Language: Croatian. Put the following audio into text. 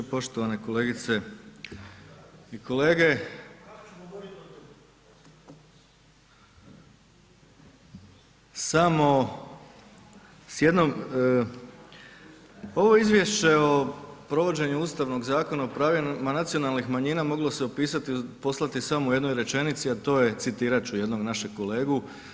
Poštovana kolegice i kolege, samo s jednom, ovo izvješće o provođenju Ustavnog zakona o pravima nacionalnih manjina moglo se opisati, poslati samo u jednoj rečenici, a to je citirat ću jednog našeg kolegu.